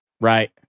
Right